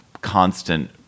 constant